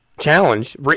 challenge